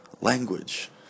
language